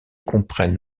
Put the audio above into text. comprennent